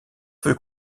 fut